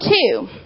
two